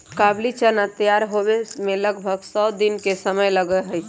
काबुली चना तैयार होवे में लगभग सौ दिन के समय लगा हई